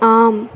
ஆம்